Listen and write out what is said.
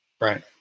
Right